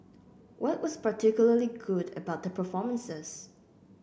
what was particularly good about their performances